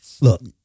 look